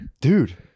Dude